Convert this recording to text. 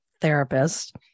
therapist